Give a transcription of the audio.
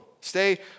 Stay